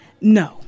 No